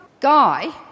guy